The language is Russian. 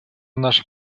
наше